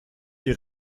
die